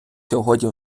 сьогодні